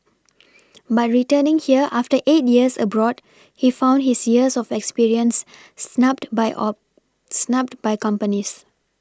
but returning here after eight years abroad he found his years of experience snubbed by snubbed by companies